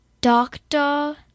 doctor